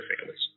families